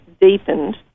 deepened